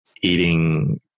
eating